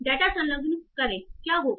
data संलग्न करें क्या होगा